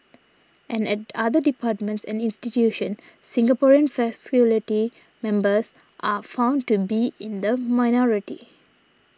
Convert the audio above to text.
and at other departments and institutions Singaporean faculty members are found to be in the minority